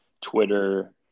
twitter